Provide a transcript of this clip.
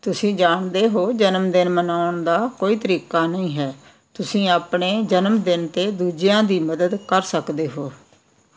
ਤੁਸੀਂ ਜਾਣਦੇ ਹੋ ਜਨਮਦਿਨ ਮਨਾਉਣ ਦਾ ਕੋਈ ਤਰੀਕਾ ਨਹੀਂ ਹੈ ਤੁਸੀਂ ਆਪਣੇ ਜਨਮਦਿਨ 'ਤੇ ਦੂਜਿਆਂ ਦੀ ਮਦਦ ਕਰ ਸਕਦੇ ਹੋ